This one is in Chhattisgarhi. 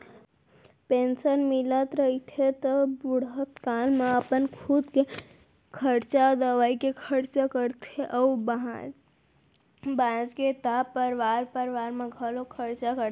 पेंसन मिलत रहिथे त बुड़हत काल म अपन खुदे के खरचा, दवई के खरचा करथे अउ बाचगे त परवार परवार बर घलोक खरचा करथे